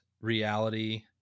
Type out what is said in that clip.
reality